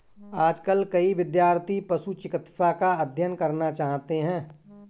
आजकल कई विद्यार्थी पशु चिकित्सा का अध्ययन करना चाहते हैं